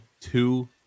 two